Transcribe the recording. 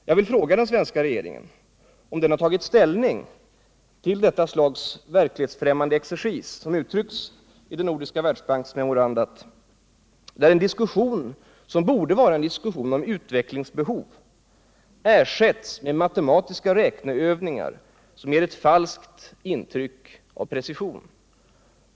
Jag vill fråga den svenska regeringen om den har tagit ställning till det slag av verklighetsfrämmande exercis som uttrycks i de nordiska ländernas Världsbanksmemorandum, där en diskussion, som borde vara en diskussion om utvecklingsbehov, ersätts med matematiska räkneövningar som ger ett falskt intryck av precision.